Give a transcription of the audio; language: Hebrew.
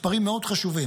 מספרים מאוד חשובים.